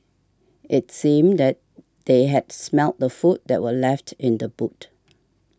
it seemed that they had smelt the food that were left in the boot